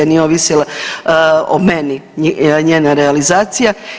Nije ovisila o meni njena realizacija.